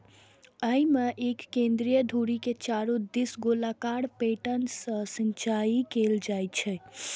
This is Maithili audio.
अय मे एक केंद्रीय धुरी के चारू दिस गोलाकार पैटर्न सं सिंचाइ कैल जाइ छै